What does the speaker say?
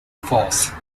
forth